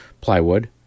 plywood